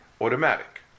automatic